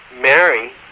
Mary